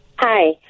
Hi